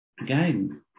again